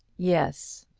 yes.